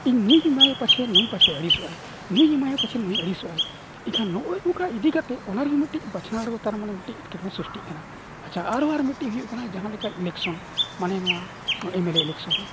ᱤᱧ ᱱᱩᱭᱜᱤᱧ ᱮᱢᱟᱭᱟ ᱯᱟᱪᱮᱫ ᱱᱩᱭ ᱯᱟᱪᱷᱮ ᱟᱹᱲᱤᱥᱚᱜ ᱟᱭ ᱱᱩᱭ ᱮᱢᱟᱭᱟ ᱯᱟᱪᱷᱮ ᱱᱩᱭ ᱟᱹᱲᱤᱥᱚᱜ ᱟᱭ ᱮᱱᱠᱷᱟᱱ ᱱᱚᱜᱼᱚᱭ ᱱᱚᱝᱠᱟ ᱤᱫᱤ ᱠᱟᱛᱮᱫ ᱚᱱᱟ ᱨᱮᱦᱚᱸ ᱢᱤᱫᱴᱤᱡ ᱵᱟᱪᱷᱱᱟᱣ ᱨᱮᱦᱚᱸ ᱛᱟᱨᱢᱟᱱᱮ ᱢᱤᱫᱴᱤᱡ ᱮᱴᱠᱮᱴᱚᱬᱮ ᱥᱨᱤᱥᱴᱤᱜ ᱠᱟᱱᱟ ᱟᱪᱪᱷᱟ ᱟᱨᱚ ᱟᱨ ᱢᱤᱫᱴᱤᱡ ᱦᱩᱭᱩᱜ ᱠᱟᱱᱟ ᱡᱟᱦᱟᱸ ᱞᱮᱠᱟ ᱤᱞᱮᱠᱥᱚᱱ ᱢᱟᱱᱮ ᱱᱚᱣᱟ ᱮᱢ ᱮᱞ ᱮ ᱤᱞᱮᱠᱥᱚᱱ ᱦᱚᱸ